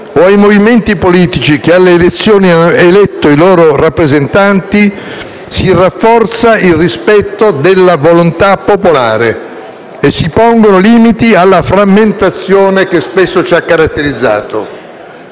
o ai movimenti politici che alle elezioni hanno eletto i loro rappresentanti si rafforza il rispetto della volontà popolare e si pongono limiti alla frammentazione che spesso ci ha caratterizzato.